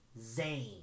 Zayn